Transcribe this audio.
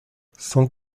cent